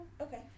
Okay